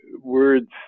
words